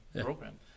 program